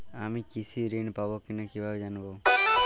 আমি কৃষি ঋণ পাবো কি না কিভাবে জানবো?